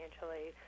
financially